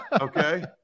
okay